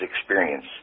experience